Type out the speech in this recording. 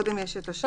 לא,